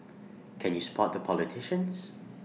can you spot the politicians